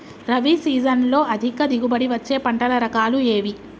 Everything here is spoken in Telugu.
రబీ సీజన్లో అధిక దిగుబడి వచ్చే పంటల రకాలు ఏవి?